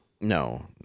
No